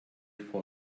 for